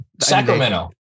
Sacramento